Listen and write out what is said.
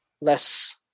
less